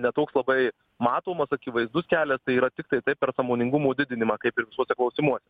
ne toks labai matomas akivaizdus kelias tai yra tiktai per sąmoningumo didinimą kaip ir fiksuota klausimuose